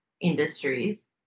industries